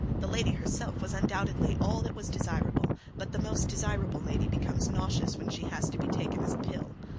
the lady herself was undoubtedly all that was desirable but the most desirable lady becomes nauseous when she has to be taken as a pill.